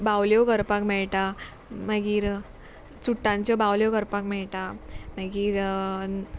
बावल्यो करपाक मेळटा मागीर चुट्टांच्यो बावल्यो करपाक मेळटा मागीर